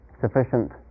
sufficient